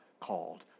called